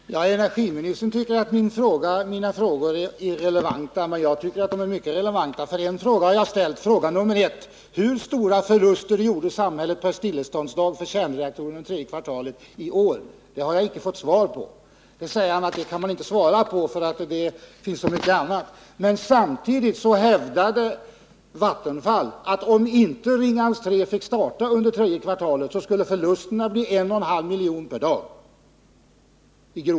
Herr talman! Energiministern tycker att mina frågor är ovidkommande, men jag anser att de är mycket relevanta. Jag har inte fått något svar på min första fråga, om hur stora förluster samhället gjorde per stilleståndsdag för kärnreaktorer under tredje kvartalet i år. Statsrådet säger att man inte kan svara på den, eftersom det är så många faktorer att beakta. Men samtidigt hävdade Vattenfall att om inte Ringhals 3 fick starta under tredje kvartalet, skulle förlusterna bli i runt tal 1 1/2 milj.kr. per dag.